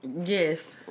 Yes